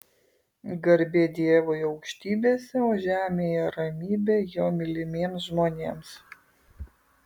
garbė dievui aukštybėse o žemėje ramybė jo mylimiems žmonėms